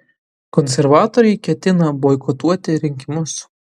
konservatoriai ketina boikotuoti rinkimus